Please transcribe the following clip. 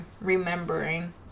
remembering